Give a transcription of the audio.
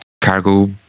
cargo